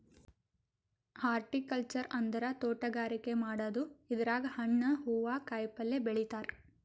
horticulture ಅಂದ್ರ ತೋಟಗಾರಿಕೆ ಮಾಡದು ಇದ್ರಾಗ್ ಹಣ್ಣ್ ಹೂವಾ ಕಾಯಿಪಲ್ಯ ಬೆಳಿತಾರ್